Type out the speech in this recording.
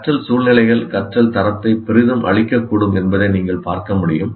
கற்றல் சூழ்நிலைகள் கற்றல் தரத்தை பெரிதும் அழிக்கக்கூடும் என்பதை நீங்கள் பார்க்க முடியும்